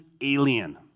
alien